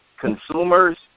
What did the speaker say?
consumers